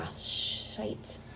shite